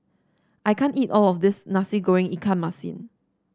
I can't eat all of this Nasi Goreng Ikan Masin